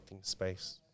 space